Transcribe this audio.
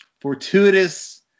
fortuitous